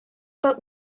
but